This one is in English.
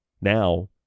now